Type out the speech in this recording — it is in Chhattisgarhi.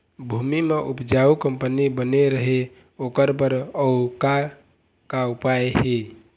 भूमि म उपजाऊ कंपनी बने रहे ओकर बर अउ का का उपाय हे?